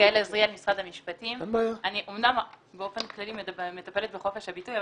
אני אומנם באופן כללי מטפלת בחופש הביטוי,